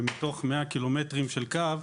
ומתוך מאה קילומטרים של קו,